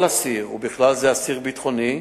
כל אסיר, ובכלל זה אסיר ביטחוני,